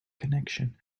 connection